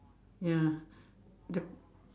ya the